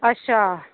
अच्छा